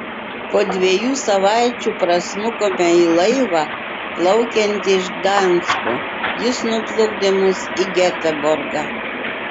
po dviejų savaičių prasmukome į laivą plaukiantį iš gdansko jis nuplukdė mus į geteborgą